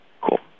Cool